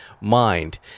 mind